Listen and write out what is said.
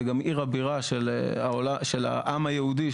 וגם עיר הבירה של העם היהודי,